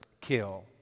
kill